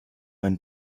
ein